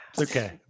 okay